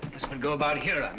this would go about here um